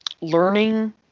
learning